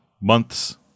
months